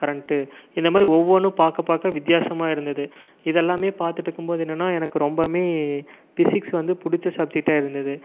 current இந்த மாதிரி ஒவ்வொன்னும் பார்க்க பார்க்க வித்தியாசமாக இருந்தது இது எல்லாமே பார்த்துட்டு இருக்கும்போது என்னென்னா எனக்கு ரொம்பமே பிசிக்ஸ் வந்து பிடிச்ச சப்ஜெக்ட்டா இருந்தது